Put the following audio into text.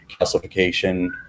calcification